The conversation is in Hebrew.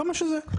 כמה שזה.